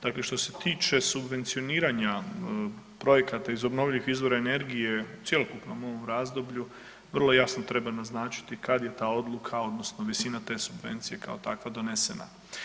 Dakle, što se tiče subvencioniranja projekata iz obnovljivih izvora energije u cjelokupnom ovom razdoblju, vrlo jasno treba naznačiti kad je ta odluka, odnosno visina te subvencije kao takva, donesena.